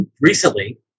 recently